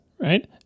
right